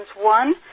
One